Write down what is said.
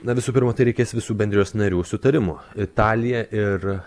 na visų pirma tai reikės visų bendrijos narių sutarimo italija ir